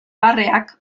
barreak